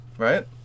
Right